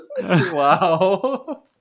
Wow